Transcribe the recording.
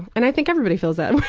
and i think everybody feels that way.